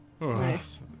nice